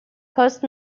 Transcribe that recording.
cost